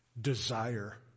Desire